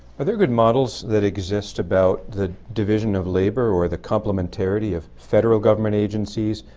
are there good models that exist about the division of labor or the complementary of federal government agencies,